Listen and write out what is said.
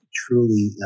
truly